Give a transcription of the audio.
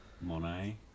Monet